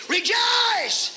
Rejoice